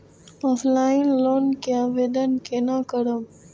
Offline loan के आवेदन केना करब?